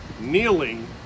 Kneeling